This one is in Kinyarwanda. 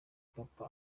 papa